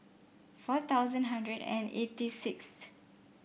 four thousand hundred and eighty sixth